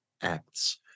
acts